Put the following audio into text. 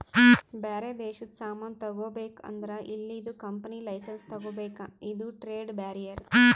ಬ್ಯಾರೆ ದೇಶದು ಸಾಮಾನ್ ತಗೋಬೇಕ್ ಅಂದುರ್ ಇಲ್ಲಿದು ಕಂಪನಿ ಲೈಸೆನ್ಸ್ ತಗೋಬೇಕ ಇದು ಟ್ರೇಡ್ ಬ್ಯಾರಿಯರ್